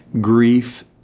grief